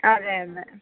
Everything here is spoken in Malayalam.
അതെ അതെ